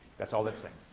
that's all that's saying.